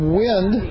wind